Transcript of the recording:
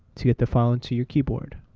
to get the file onto your keyboard.